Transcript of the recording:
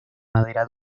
madera